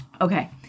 okay